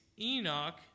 Enoch